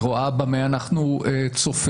היא רואה במה אנחנו צופים,